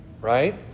right